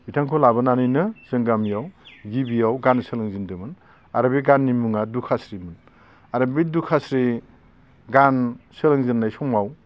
बिथांखौ लाबोनानैनो जोंनि गामियाव गिबियाव गान सोलोंजेनदोंमोन आरो बे गाननि मुङा दुखास्रिमोन आरो बे दुखास्रि गान सोलोंजेननाय समाव